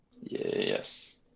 Yes